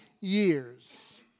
years